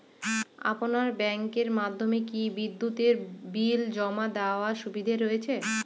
আপনার ব্যাংকের মাধ্যমে কি বিদ্যুতের বিল জমা দেওয়ার সুবিধা রয়েছে?